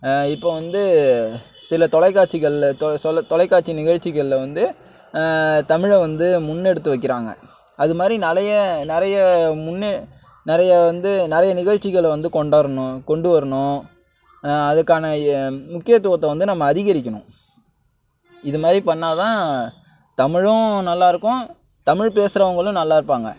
இப்போ வந்து சில தொலைக்காட்சிகளில் தொலைக்காட்சி நிகழ்ச்சிகளில் வந்து தமிழை வந்து முன்னெடுத்து வைக்கறாங்க அதுமாதிரி நிறைய நிறைய முன்னு நிறைய வந்து நிறைய நிகழ்ச்சிகள் வந்து கொண்டுரணும் கொண்டு வரணும் அதுக்கான முக்கியத்துவத்தை வந்து நம்ப அதிகரிக்கணும் இதுமாதிரி பண்ணிணாத்தான் தமிழும் நல்லா இருக்கும் தமிழ் பேசுறவங்களும் நல்லா இருப்பாங்க